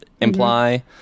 imply